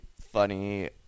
funny